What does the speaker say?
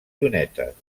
llunetes